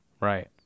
Right